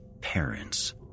parents